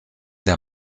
der